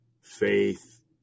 faith